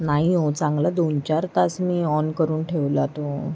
नाही हो चांगला दोन चार तास मी ऑन करून ठेवला तो